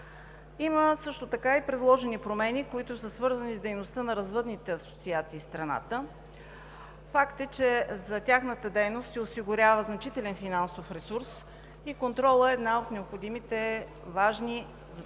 Има също така и предложени промени, които са свързани с дейността на развъдните асоциации в страната. Факт е, че за тяхната дейност се осигурява значителен финансов ресурс и контролът е един от необходимите важни,